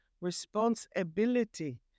Responsibility